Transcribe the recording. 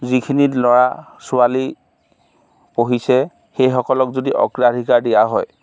যিখিনি ল'ৰা ছোৱালী পঢ়িছে সেইসকলক যদি অগ্ৰাধিকাৰ দিয়া হয়